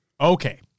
Okay